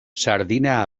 sardina